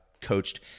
coached